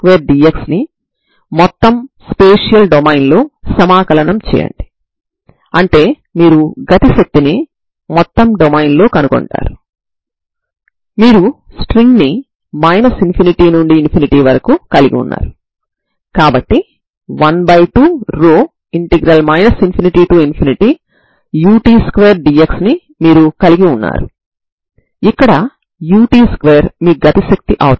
f మరియు g లు piecewise continuous ఫంక్షన్లు అయినప్పుడు నేను n1unxt ను యూనిఫార్మ్ కన్వెర్జెంట్ అని చూపించవచ్చు సరేనా